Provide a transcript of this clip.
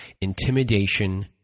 intimidation